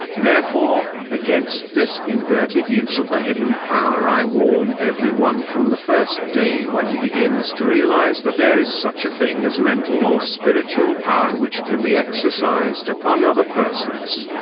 therefore, against this inverted use of the hidden power i warn every one from the first day when he begins to realise that there is such a thing as mental or spiritual power which can be exercised upon other persons.